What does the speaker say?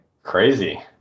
Crazy